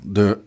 de